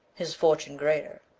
his fortune greater,